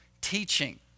teaching